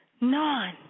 None